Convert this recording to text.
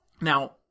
Now